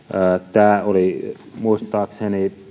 tämä oli muistaakseni